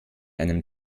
einem